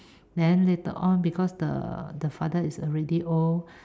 then later on because the the father is already old